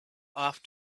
off